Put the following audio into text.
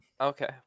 Okay